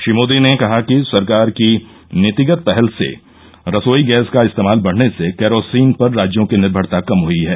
श्री मोदी ने कहा कि सरकार की नीतिगत पहल से रसोई गैस का इस्तेमाल बढने से कैरोसीन पर राज्यों की निर्मरता कम हई है